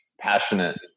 passionate